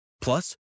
Plus